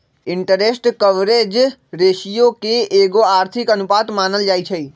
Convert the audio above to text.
interest coverage ratio के एगो आर्थिक अनुपात मानल जाइ छइ